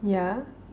yeah